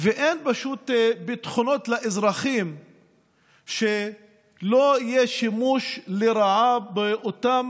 אין ביטחונות לאזרחים שלא יהיה שימוש לרעה באותם